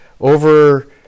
over